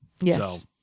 Yes